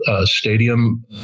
stadium